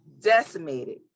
decimated